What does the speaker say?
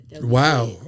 Wow